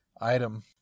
item